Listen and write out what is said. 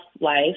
life